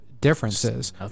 differences